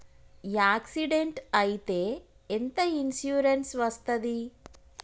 Accident అయితే ఎంత insurance వస్తది?